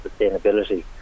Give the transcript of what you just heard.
Sustainability